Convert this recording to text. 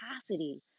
capacity